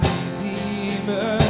Redeemer